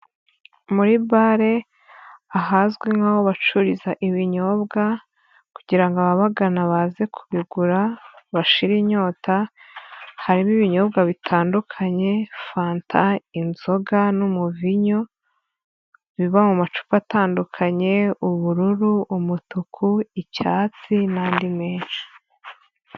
Muri bale, ahazwi nkaho bacururiza ibinyobwa kugira ngo ababagana baze kubigura, bashire inyota, harimo ibinyobwa bitandukanye, fanta, inzoga n'umuvinyo, biva mu macupa atandukanye, ubururu, umutuku, icyatsi n'andi menshi.